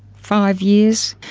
five years,